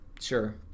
sure